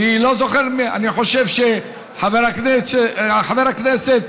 אני חושב, חבר הכנסת